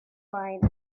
lying